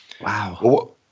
Wow